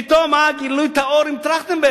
פתאום, אה, גילו את האור עם טרכטנברג,